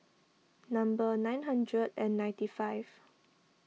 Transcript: number nine hundred and ninety five